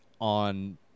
on